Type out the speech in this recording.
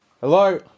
Hello